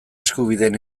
eskubideen